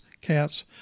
cats